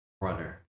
runner